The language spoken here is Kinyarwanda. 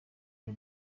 you